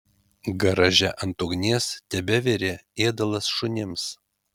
garaže ant ugnies tebevirė ėdalas šunims